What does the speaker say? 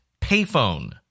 payphone